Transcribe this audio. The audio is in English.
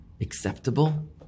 acceptable